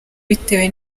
bitewe